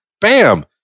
bam